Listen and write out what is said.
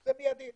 זה מיידית.